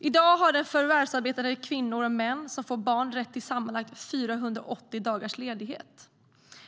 I dag har förvärvsarbetande kvinnor och män som får barn rätt till sammanlagt 480 dagars ledighet.